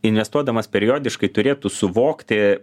investuodamas periodiškai turėtų suvokti